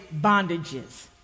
bondages